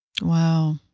wow